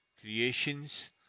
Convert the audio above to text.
creations